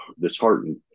disheartened